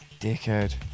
Dickhead